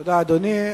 תודה, אדוני.